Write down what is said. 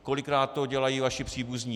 Kolikrát to dělají vaši příbuzní.